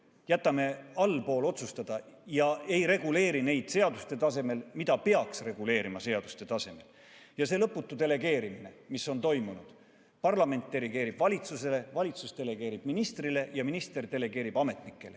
jätame allapoole otsustada ja ei reguleeri seaduste tasemel seda, mida peaks seaduste tasemel reguleerima. See lõputu delegeerimine, mis on toimunud: parlament delegeerib valitsusele, valitsus delegeerib ministrile ja minister delegeerib ametnikele.